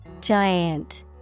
giant